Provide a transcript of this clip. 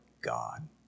God